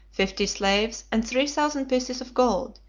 fifty slaves, and three thousand pieces of gold,